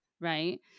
right